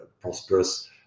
prosperous